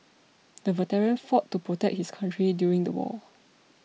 the veteran fought to protect his country during the war